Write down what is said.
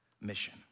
mission